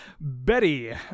Betty